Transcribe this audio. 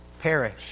perish